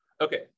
Okay